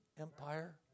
empire